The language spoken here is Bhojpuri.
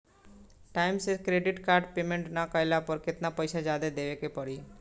टाइम से क्रेडिट कार्ड के पेमेंट ना कैला पर केतना पईसा जादे देवे के पड़ी?